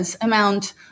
amount